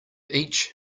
each